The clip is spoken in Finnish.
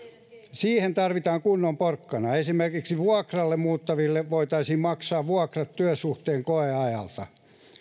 siihen tarvitaan kunnon porkkana esimerkiksi vuokralle muuttaville voitaisiin maksaa vuokrat työsuhteen koeajalta